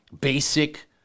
basic